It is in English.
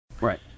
Right